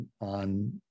on